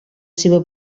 seva